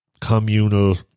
communal